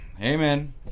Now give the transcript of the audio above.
Amen